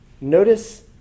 Notice